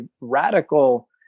radical